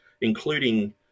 including